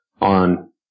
on